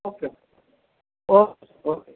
okay okay okay